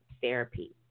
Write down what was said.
therapy